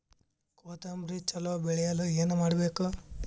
ಕೊತೊಂಬ್ರಿ ಚಲೋ ಬೆಳೆಯಲು ಏನ್ ಮಾಡ್ಬೇಕು?